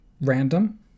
random